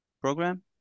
program